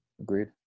agreed